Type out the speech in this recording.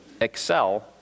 excel